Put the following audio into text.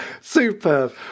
Superb